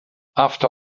after